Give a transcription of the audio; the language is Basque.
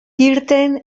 irten